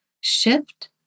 shift